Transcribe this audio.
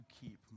keep